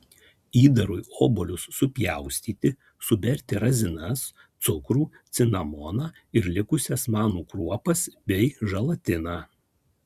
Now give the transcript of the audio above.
įdarui obuolius supjaustyti suberti razinas cukrų cinamoną ir likusias manų kruopas bei želatiną